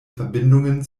verbindungen